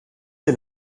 est